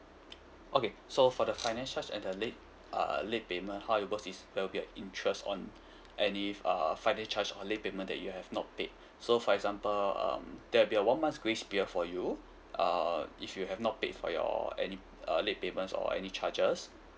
okay so for the finance charge and the late uh late payment how it works is there will be an interest on and if a finance charge or late payment that you have not paid so for example um there will be a one month's grace period for you uh if you have not paid for your any uh late payments or any charges